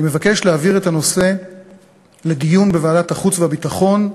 אני מבקש להעביר את הנושא לדיון בוועדת החוץ והביטחון,